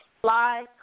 Fly